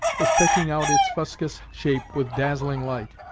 was picking out its fuscous shape with dazzling light,